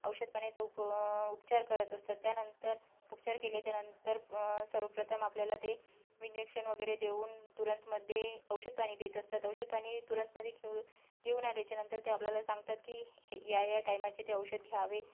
औषधपाण्याचा उप उपचार करत असतात त्यानंतर उपचार केल्याच्यानंतर सर्वप्रथम आपल्याला ते विंजेक्शन वगैरे देऊन तुरंतमध्ये औषधपाणी देत असतात औषधपाणी तुरंतमध्ये घेऊ घेऊन आल्याच्यानंतर ते आपल्याला सांगतात की हे या या टायमाचे ते औषध घ्यावे